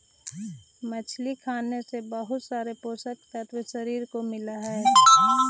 मछली खाने से बहुत सारे पोषक तत्व शरीर को मिलअ हई